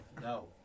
No